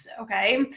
Okay